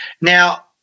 Now